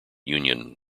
union